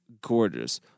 gorgeous